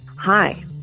Hi